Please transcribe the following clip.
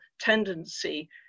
tendency